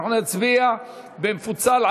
אנחנו נצביע במפוצל,